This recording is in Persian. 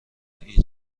این